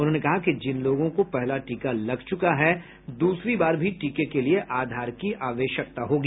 उन्होंने कहा कि जिन लोगों को पहला टीका लग चुका है दूसरी बार भी टीके के लिये आधार की आवश्यकता होगी